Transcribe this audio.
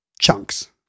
chunks